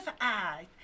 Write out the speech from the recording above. eyes